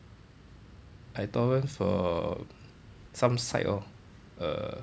I torrent from some site lor err